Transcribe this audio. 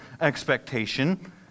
expectation